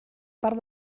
part